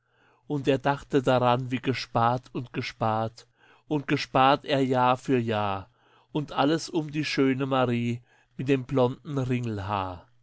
und er dachte daran wie gespart und gespart und gespart er jahr für jahr und alles um die schöne marie mit dem blonden